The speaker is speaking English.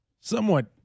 somewhat